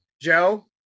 Joe